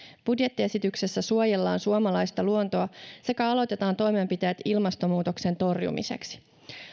budjettiesityksessä suojellaan suomalaista luontoa sekä aloitetaan toimenpiteet ilmastonmuutoksen torjumiseksi